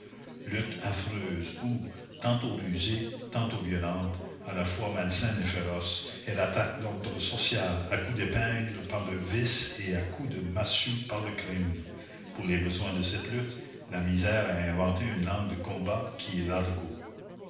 lutte affreuse où tantôt rusée tantôt violente à la fois malsaine et féroce elle attaque l'ordre social à coups d'épingle par le vice et à coup de massue par le crime pour les besoins de cette lutte la misère a inventé une langue de combat qui est l'argot